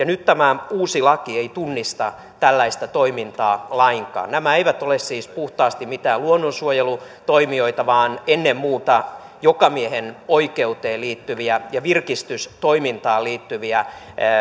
nyt tämä uusi laki ei tunnista tällaista toimintaa lainkaan nämä eivät ole siis puhtaasti mitään luonnonsuojelutoimijoita vaan ennen muuta jokamiehenoikeuksiin liittyviä ja virkistystoimintaan liittyviä